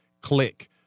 click